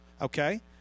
Okay